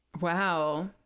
Wow